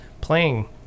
playing